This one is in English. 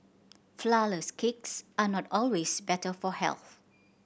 flourless cakes are not always better for health